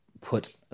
put